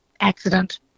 accident